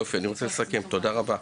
יופי, תודה רבה.